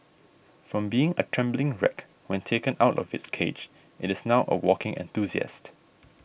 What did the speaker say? from being a trembling wreck when taken out of its cage it is now a walking enthusiast